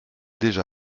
déjà